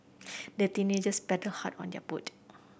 the teenagers paddled hard on their boat